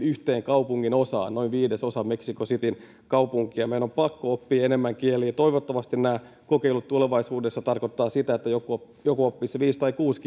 yhteen kaupunginosaan joka on noin viidesosa mexico cityn kaupungista meidän on pakko oppia enemmän kieliä ja toivottavasti nämä kokeilut tulevaisuudessa tarkoittavat sitä että joku joku oppisi viisi tai kuusi